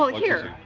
like here,